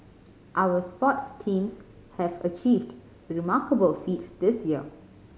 our sports teams have achieved remarkable feats this year